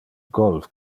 golf